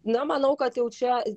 na manau kad jau čia